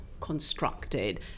constructed